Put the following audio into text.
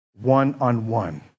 one-on-one